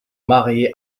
marié